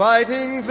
Fighting